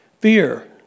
Fear